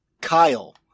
Kyle